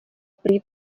prý